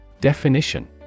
Definition